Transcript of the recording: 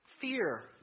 fear